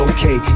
Okay